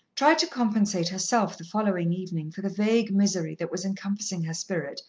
tried to compensate herself the following evening for the vague misery that was encompassing her spirit,